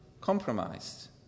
compromised